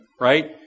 right